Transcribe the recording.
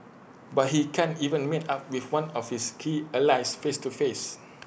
but he can't even meet up with one of his key allies face to face